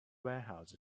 warehouse